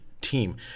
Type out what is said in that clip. team